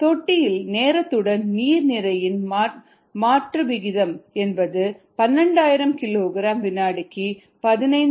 தொட்டியில் நேரத்துடன் நீர் நிறையின் மாற்ற விகிதம் என்பது 12000 கிலோகிராம் வினாடிக்கு 15